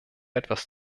etwas